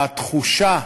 התחושה